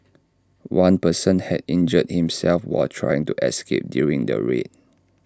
one person had injured himself while trying to escape during the raid